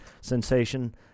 sensation